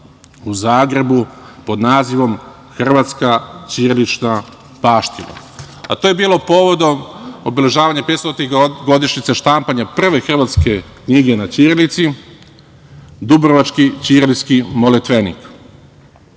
u Zagrebu, pod nazivom "Hrvatska ćirilična baština". To je bilo povodom obeležavanja 500 godišnjice štampanja prve hrvatske knjige na ćirilici "Dubrovački ćirilski molitvenik".Hrvatska